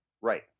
right